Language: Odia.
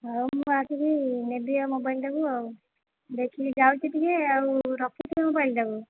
ହଉ ମୁଁ ଆସିକି ନେବି ଏ ମୋବାଇଲ ଟାକୁ ଆଉ ଦେଖିକି ଯାଉଛି ଟିକିଏ ଆଉ ରଖିଥିବେ ମୋବାଇଲ ଟାକୁ